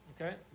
Okay